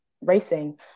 racing